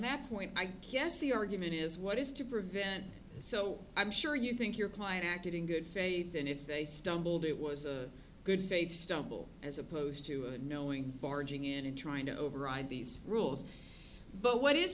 that point i guess the argument is what is to prevent so i'm sure you think your client acted in good faith and if they stumbled it was a good faith stumble as opposed to knowing barging in trying to override these rules but what is